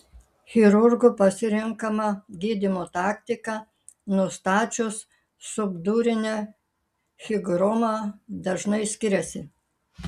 chirurgų pasirenkama gydymo taktika nustačius subdurinę higromą dažnai skiriasi